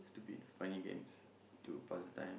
stupid funny games to pass the time